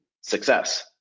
success